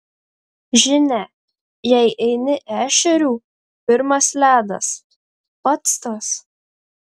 žinia jei eini ešerių pirmas ledas pats tas